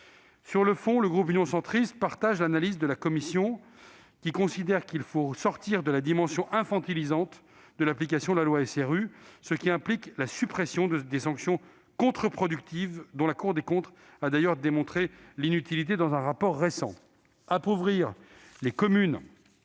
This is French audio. Sur le fond, le groupe Union Centriste partage l'analyse de la commission, qui considère qu'il faut sortir de la dimension infantilisante de l'application de cette loi. Cela implique la suppression des sanctions contre-productives dont la Cour des comptes a démontré l'inutilité dans un rapport récent. Appauvrir les communes